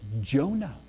Jonah